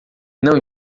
não